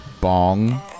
Bong